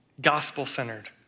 gospel-centered